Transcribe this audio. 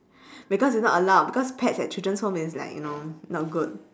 because it's not allowed because pest at children's home it's like you know not good